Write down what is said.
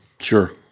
Sure